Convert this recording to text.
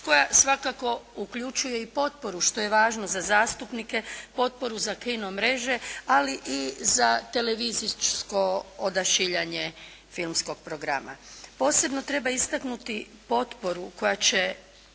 koja svakako uključuje i potporu što je važno za zastupnike, potporu za kino mreže, ali i za televizijsko odašiljanje filmskog programa. Posebno treba istaknuti potporu koja će